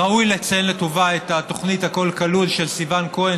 ראוי לציין לטובה את התוכנית "הכול כלול" של סיון כהן,